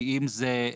כי אם זה,